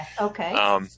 Okay